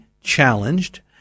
challenged